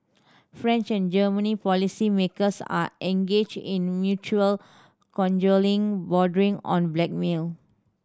French and German policymakers are engaged in mutual cajoling bordering on blackmail